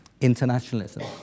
internationalism